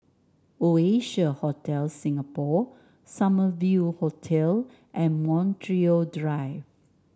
Oasia Hotel Singapore Summer View Hotel and Montreal Drive